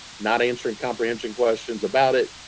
not answer comprehension questions about it,